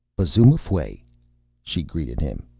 b'zhu, m'fweh, she greeted him.